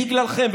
בגללכם,